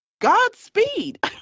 Godspeed